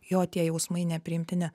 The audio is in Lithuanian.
jo tie jausmai nepriimtini